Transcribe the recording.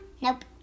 Nope